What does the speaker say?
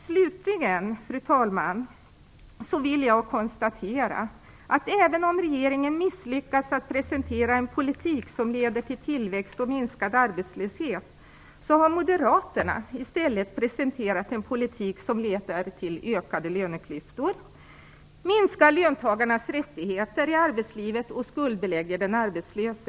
Slutligen, herr talman, vill jag konstatera att även om regeringen misslyckats att presentera en politik som leder till tillväxt och minskad arbetslöshet, har Moderaterna i stället presenterat en politik som leder till ökade löneklyftor, minskar löntagarnas rättigheter i arbetslivet och skuldbelägger den arbetslöse.